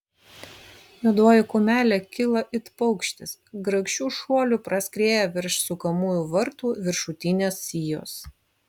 juodoji kumelė kyla it paukštis grakščiu šuoliu praskrieja virš sukamųjų vartų viršutinės sijos